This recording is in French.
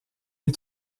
les